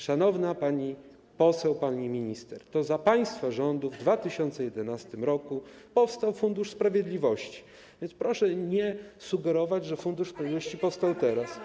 Szanowna pani poseł, pani minister, to za państwa rządów w 2011 r. powstał Fundusz Sprawiedliwości, więc proszę nie sugerować, że Fundusz Sprawiedliwości powstał teraz.